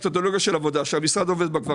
מתודולוגיה של עבודה שהמשרד עובד בה כבר